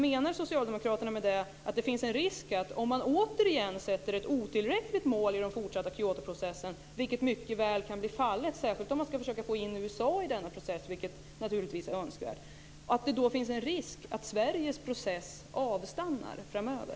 Menar Socialdemokraterna med det att det finns en risk att om det återigen sätts ett otillräckligt mål i den fortsatta Kyotoprocessen, vilket mycket väl kan bli fallet - särskilt om USA ska in i denna process, vilket naturligtvis är önskvärt - att Sveriges process avstannar framöver?